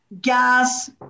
gas